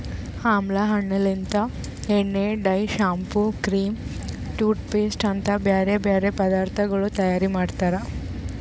ಆಮ್ಲಾ ಹಣ್ಣ ಲಿಂತ್ ಎಣ್ಣೆ, dye, shampoo, cream, toothpaste ಅಂತ್ ಬ್ಯಾರೆ ಬ್ಯಾರೆ ಪದಾರ್ಥಗೊಳ್ ತೈಯಾರ್ ಮಾಡ್ತಾರ್